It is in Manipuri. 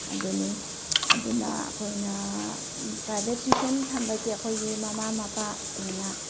ꯑꯗꯨꯅꯤ ꯑꯗꯨꯅ ꯑꯩꯈꯣꯏꯅ ꯄ꯭ꯔꯥꯏꯚꯦꯠ ꯇ꯭ꯋꯤꯁꯟ ꯊꯝꯕꯁꯦ ꯑꯩꯈꯣꯏꯒꯤ ꯃꯃꯥ ꯃꯄꯥꯁꯤꯡꯅ